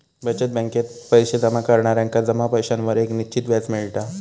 बचत बॅकेत पैशे जमा करणार्यांका जमा पैशांवर एक निश्चित व्याज मिळता